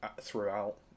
throughout